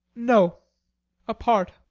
no apart.